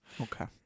Okay